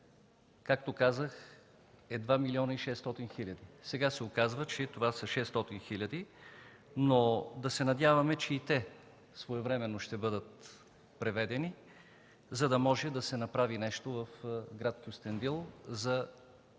както казах, е 2 млн. 600 хиляди. Сега се оказва, че това са 600 хиляди. Да се надяваме, че и те своевременно ще бъдат преведени, за да може да се направи нещо в град Кюстендил за